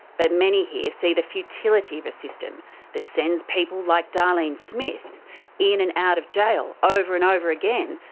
but many here see the futility of a system that sends people like darlene smith in and out of jail over and over again,